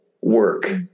work